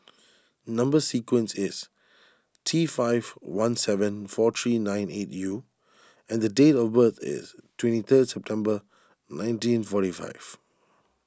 Number Sequence is T five one seven four three nine eight U and date of birth is twenty third September nineteen forty five